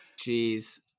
Jeez